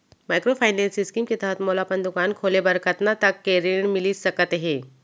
Microfinance scheme के तहत मोला अपन दुकान खोले बर कतना तक के ऋण मिलिस सकत हे?